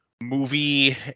movie